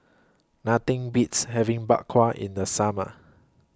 Nothing Beats having Bak Kwa in The Summer